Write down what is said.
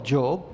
Job